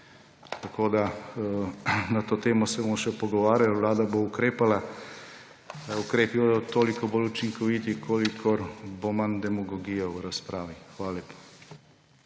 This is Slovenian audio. ostalo. Na to temo se bomo še pogovarjali. Vlada bo ukrepala. Ukrepi bodo toliko bolj učinkoviti, kolikor bo manj demagogije v razpravi. Hvala lepa.